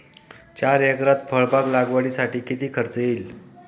चार एकरात फळबाग लागवडीसाठी किती खर्च येईल?